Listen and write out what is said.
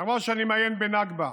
ואמרה שאני מאיים בנכבה.